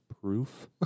proof